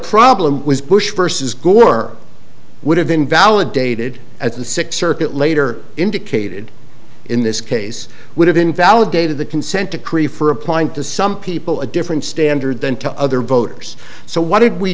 problem was bush versus gore would have been validated at the six circuit later indicated in this case would have invalidated the consent decree for applying to some people a different standard then to other voters so what did we